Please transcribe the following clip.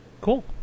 Cool